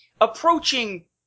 approaching